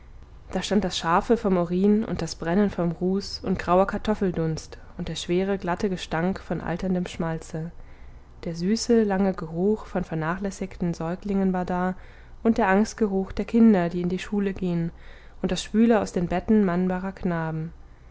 da stand das scharfe vom urin und das brennen vom ruß und grauer kartoffeldunst und der schwere glatte gestank von alterndem schmalze der süße lange geruch von vernachlässigten säuglingen war da und der angstgeruch der kinder die in die schule gehen und das schwüle aus den betten mannbarer knaben